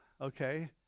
okay